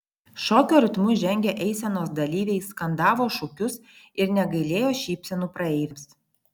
šokio ritmu žengę eisenos dalyviai skandavo šūkius ir negailėjo šypsenų praeiviams